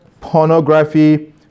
pornography